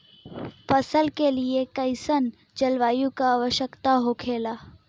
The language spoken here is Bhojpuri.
फसल के लिए कईसन जलवायु का आवश्यकता हो खेला?